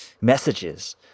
messages